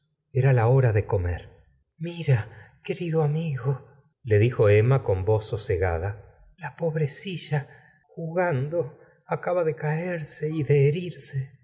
era la hora de comer mira querido amigo le dijo emma con voz sosegada la pobrecilla jugando acaba de caerse y de herirse